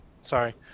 sorry